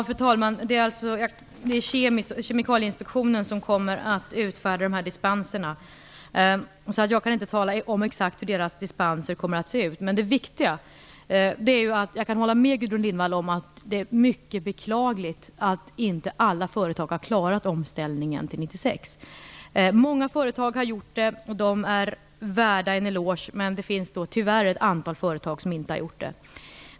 Fru talman! Det är Kemikalieinspektionen som kommer att utfärda dispenser, så jag kan inte tala om exakt hur detta kommer att se ut. Jag kan ändå hålla med Gudrun Lindvall om att det är mycket beklagligt att inte alla företag har klarat omställningen till 1996. Många företag har gjort det, och de är värda en eloge, men det finns tyvärr ett antal företag som inte har gjort det.